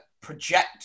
project